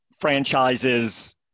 franchises